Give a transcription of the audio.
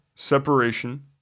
separation